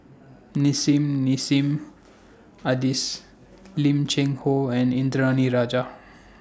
Nissim Nassim Adis Lim Cheng Hoe and Indranee Rajah